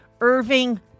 Irving